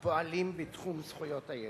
הפועלים בתחום זכויות הילד.